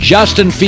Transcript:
Justin